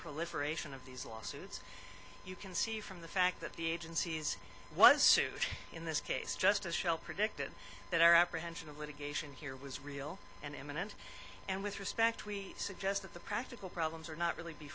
proliferation of these lawsuits you can see from the fact that the agencies was sued in this case just as shell predicted that our apprehension of in here was real and imminent and with respect we suggest that the practical problems are not really be